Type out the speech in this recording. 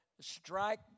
strike